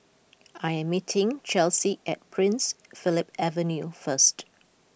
I am meeting Chelsey at Prince Philip Avenue first